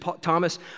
Thomas